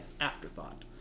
afterthought